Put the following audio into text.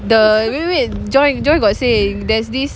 the wait wait wait joy joy got say there's this